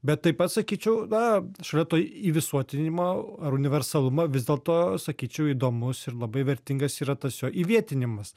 bet taip pat sakyčiau na šalia to įvisuotinimo ar universalumo vis dėlto sakyčiau įdomus ir labai vertingas yra tas jo įvietinimas